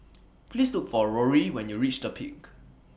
Please Look For Rory when YOU REACH The Peak